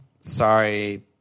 sorry